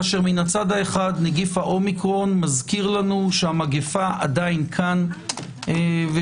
כאשר מהצד האחד נגיף האומיקורן מזכיר לנו שהמגפה עדיין כאן ושאנחנו